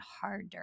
harder